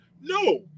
No